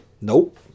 Nope